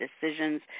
decisions